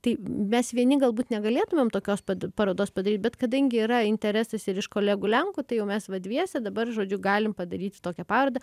tai mes vieni galbūt negalėtumėm tokios parodos padaryt bet kadangi yra interesas ir iš kolegų lenkų tai jau mes va dviese dabar žodžiu galim padaryti tokią parodą